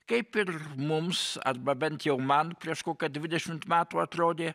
kaip ir mums arba bent jau man prieš kokia dvidešimt metų atrodė